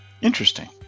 Interesting